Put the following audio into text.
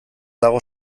dago